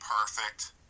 perfect